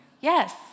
Yes